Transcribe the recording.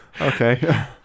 Okay